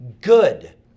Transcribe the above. good